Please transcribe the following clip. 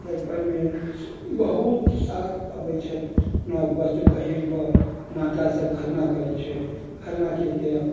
जाहि पर्वमे बहुत सात अबैत छथि बस्त्र पहिर कऽ माता सभ खरना करैत छथि खरनाके कऽ